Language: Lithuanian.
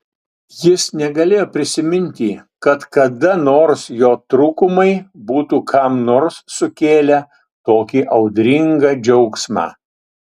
jis negalėjo prisiminti kad kada nors jo trūkumai būtų kam nors sukėlę tokį audringą džiaugsmą